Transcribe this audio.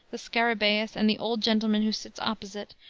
the scarabaeus and the old gentleman who sits opposite,